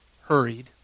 hurried